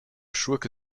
schurke